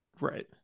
Right